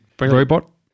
robot